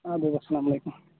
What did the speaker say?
آ گوٚو سَلام علیکُم